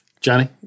Johnny